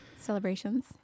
celebrations